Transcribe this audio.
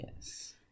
Yes